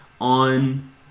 on